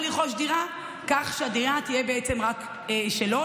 לרכוש דירה כך שהדירה תהיה בעצם רק שלו,